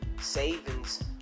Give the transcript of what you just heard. savings